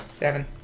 Seven